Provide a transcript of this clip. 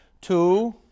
Two